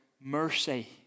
mercy